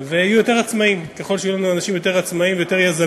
ובין אנשים שהיום שוכרים אותם והם נוסעים